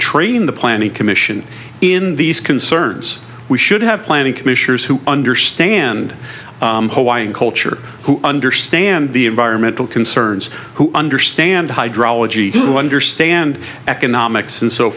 train the planning commission in these concerns we should have planning commissioners who understand culture who understand the environmental concerns who understand hydrology who understand economics and so